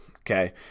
Okay